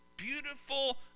beautiful